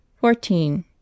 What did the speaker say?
Fourteen